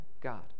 God